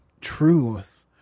truth